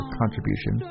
contribution